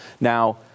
Now